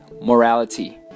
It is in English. morality